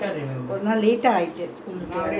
you must refresh your mind to remember a lot of things